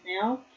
now